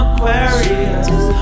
Aquarius